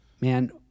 man